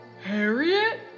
Harriet